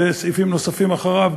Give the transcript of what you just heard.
וסעיפים נוספים אחריו,